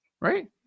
right